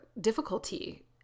difficulty